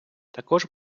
також